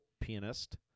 pianist